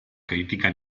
critica